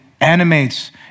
animates